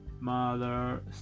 mother